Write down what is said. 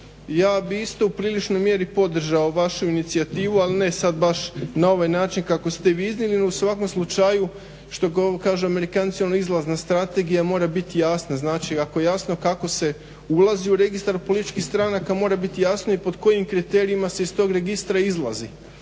Ja bih isto u priličnoj mjeri podržao vašu inicijativu ali ne sad baš na ovaj način kako ste vi iznijeli, no u svakom slučaju što kažu Amerikanci ono izlazna strategija mora biti jasna. Znači, ako je jasno kako se ulazi u registar političkih stranaka mora biti jasno i pod kojim kriterijima se iz tog registra izlazi.